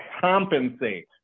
compensate